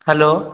hello